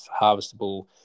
Harvestable